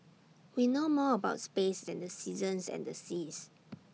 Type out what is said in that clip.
we know more about space than the seasons and the seas